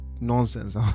nonsense